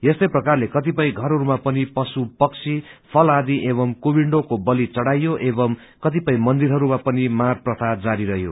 यस्तै प्रकारले कतिपय घरहरूमा पनि पश्रुपक्षी फलादि एवं कुविन्डो को बली चढ़ाइयो एवं कतिपय मन्दिरहरूमा पनि मार प्रथा जारी रहयो